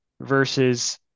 versus